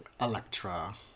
Electra